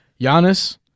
Giannis